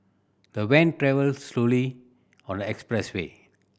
the van travelled slowly on the expressway